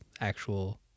actual